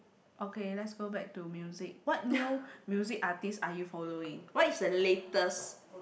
okay let's go back to music what new music artist are you following what is the latest